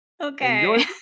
Okay